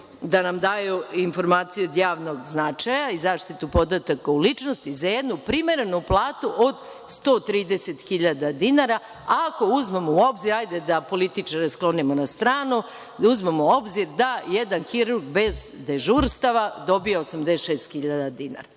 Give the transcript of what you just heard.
da nam daju informacije od javnog značaja i zaštitu podataka o ličnosti za jednu primerenu platu od 130 hiljada dinara, ako uzmemo u obzir, hajde da političare sklonimo na stranu, da jedan hirurg bez dežurstava dobija 86 hiljada dinara.